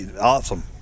awesome